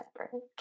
separate